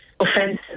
offensive